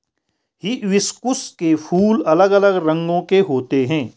hibiscus के फूल अलग अलग रंगो के होते है